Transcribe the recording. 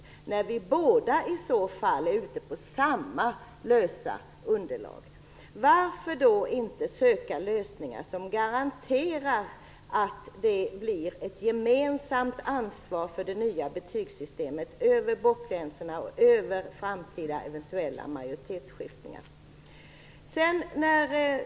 I så fall är vi ute på samma lösa grund. Varför då inte söka lösningar som garanterar ett gemensamt ansvar för det nya betygssystemet över blockgränserna och över eventuella framtida majoritetsskiftningar?